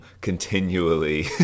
continually